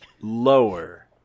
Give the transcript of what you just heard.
lower